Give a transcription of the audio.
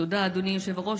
תודה, אדוני היושב-ראש.